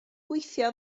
gweithio